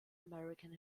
american